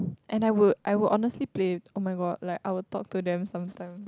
and I would I would honestly play oh-my-god like I would talk to them sometime